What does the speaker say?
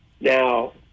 Now